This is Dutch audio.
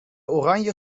oranje